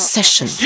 Session